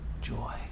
joy